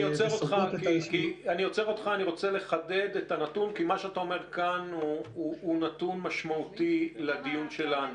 מה שאתה אומר כאן הוא נתון משמעותי לדיון שלנו.